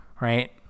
Right